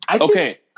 okay